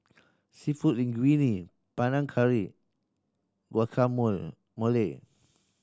Seafood Linguine Panang Curry